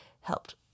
helped